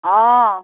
অঁ